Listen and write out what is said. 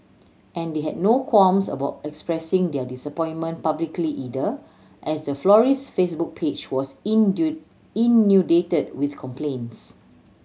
and they had no qualms about expressing their disappointment publicly either as the florist Facebook page was inundated with complaints